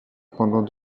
pendant